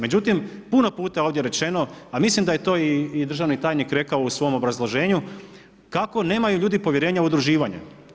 Međutim puno je puta ovdje rečeno a mislim da je to i državni tajnik rekao u svom obrazloženju kako nemaju ljudi povjerenja u udruživanje.